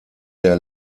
der